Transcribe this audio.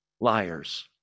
liars